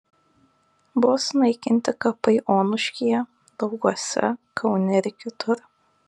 buvo sunaikinti kapai onuškyje dauguose kaune ir kitur